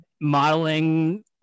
modeling